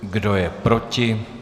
Kdo je proti?